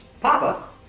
Papa